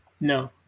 No